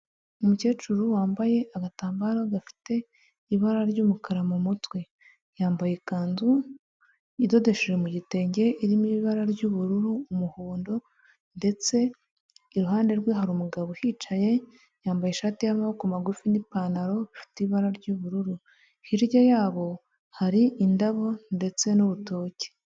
Umukecuru wambaye agatambaro gafite ibara ry'umukara mu mutwe, yambaye ikanzu idodesheje mu gitenge, irimo ibara ry'ubururu, umuhondo ndetse iruhande rwe hari umugabo uhicaye, yambaye ishati y'amaboko magufi n'ipantaro ifite ibara ry'ubururu, hirya yabo hari indabo ndetse n'urutoki.